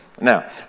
Now